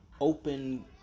open